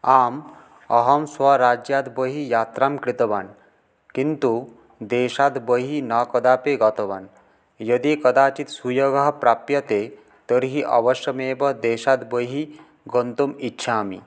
आम् अहं स्वराज्यात् बहिः यात्रां कृतवान् किन्तु देशाद् बहिः न कदापि गतवान् यदि कदाचित् सुयोगः प्राप्यते तर्हि अवश्यमेव देशाद् बहिः गन्तुम् इच्छामि